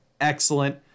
excellent